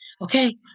Okay